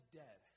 dead